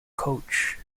coach